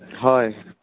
হয়